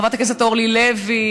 חברת הכנסת אורלי לוי,